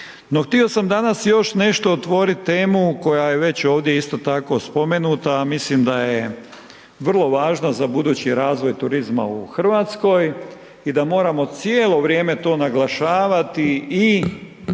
htio sam danas još nešto otvorit temu koja je već isto tako ovdje spomenuta, a mislim da je vrlo važna za budući razvoj turizma u Hrvatskoj i da moramo cijelo vrijeme to naglašavati i